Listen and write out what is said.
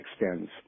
extends